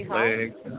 legs